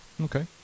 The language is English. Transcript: Okay